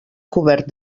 cobert